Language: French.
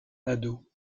nadeau